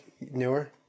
Newer